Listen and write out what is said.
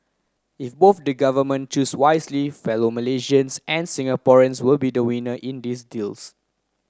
if both the government choose wisely fellow Malaysians and Singaporeans will be winners in this deals